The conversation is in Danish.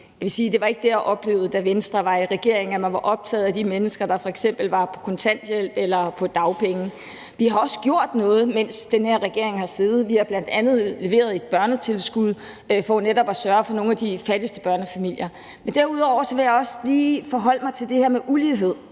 at det ikke var det, jeg oplevede, da Venstre var i regering, altså at man var optaget af de mennesker, der f.eks. var på kontanthjælp eller på dagpenge. Vi har også gjort noget, mens den her regering har siddet. Vi har bl.a. leveret et børnetilskud for netop at sørge for nogle af de fattigste børnefamilier. Men derudover vil jeg også lige forholde mig til det her med ulighed.